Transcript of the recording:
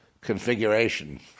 configuration